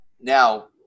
Now